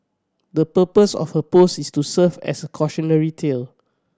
the purpose of her post is to serve as a cautionary tale